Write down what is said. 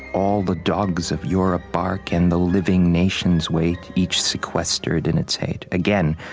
all the dogs of europe bark, and the living nations wait, each sequestered in its hate. again,